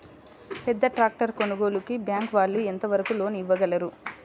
పెద్ద ట్రాక్టర్ కొనుగోలుకి బ్యాంకు వాళ్ళు ఎంత వరకు లోన్ ఇవ్వగలరు?